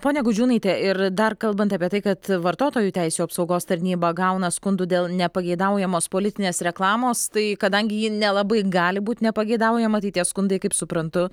ponia gudžiūnaite ir dar kalbant apie tai kad vartotojų teisių apsaugos tarnyba gauna skundų dėl nepageidaujamos politinės reklamos tai kadangi ji nelabai gali būt nepageidaujama tai tie skundai kaip suprantu